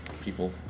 people